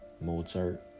mozart